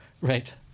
Right